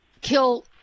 kill